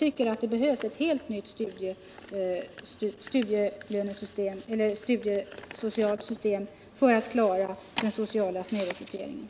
Vi anser att det behövs ett helt nytt studiesocialt system för att klara den sociala snedrekryteringen.